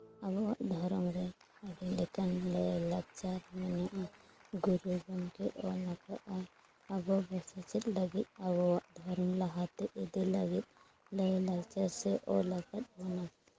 ᱟᱵᱚᱣᱟᱜ ᱫᱷᱚᱨᱚᱢ ᱨᱮ ᱟᱹᱰᱤ ᱞᱮᱠᱟᱱ ᱞᱟᱹᱭᱼᱞᱟᱠᱪᱟᱨ ᱢᱮᱱᱟᱜᱼᱟ ᱜᱩᱨᱩ ᱜᱚᱢᱠᱮ ᱚᱞᱟᱠᱟᱜᱼᱟᱭ ᱟᱵᱚ ᱜᱮ ᱥᱮᱪᱮᱫ ᱞᱟᱹᱜᱤ ᱟᱵᱚᱣᱟᱜ ᱫᱷᱚᱨᱚᱢ ᱞᱟᱦᱟᱛᱮ ᱤᱫᱤ ᱞᱟᱹᱜᱤᱫ ᱞᱟᱹᱭᱼᱞᱟᱠᱪᱟᱨ ᱥᱮ ᱚᱞᱟᱠᱟᱫ ᱵᱚᱱᱟᱭ